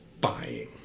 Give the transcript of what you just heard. buying